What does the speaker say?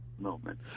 moment